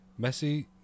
Messi